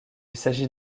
s’agit